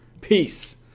Peace